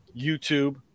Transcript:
YouTube